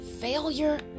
Failure